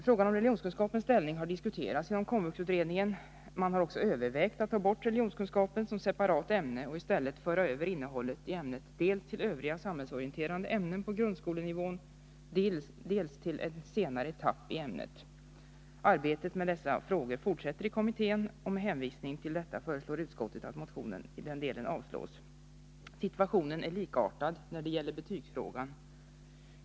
Frågan om religionskunskapens ställning har diskuterats av KOMVUX utredningen. Man har också övervägt att ta bort religionskunskap som separat ämne och i stället föra över innehållet i ämnet dels till övriga samhällsorienterande ämnen på gundskolenivå, dels till en senare etapp i ämnet religionskunskap. Arbetet med dessa frågor fortsätter i kommittén, och med hänvisning till detta föreslår utskottet att motionen i den delen avslås. Situationen är likartad när det gäller betygsfrågan.